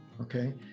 Okay